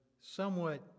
somewhat